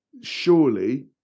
surely